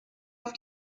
auf